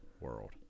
world